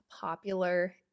popular